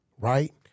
right